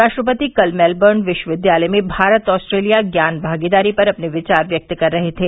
राष्ट्रपति कल मेलबर्न विश्वविद्यालय में भारत ऑस्ट्रेलिया ज्ञान भागीदारी पर अपने विचार व्यक्त कर रहे थे